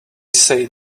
say